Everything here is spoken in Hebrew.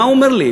מה הוא אומר לי?